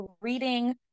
reading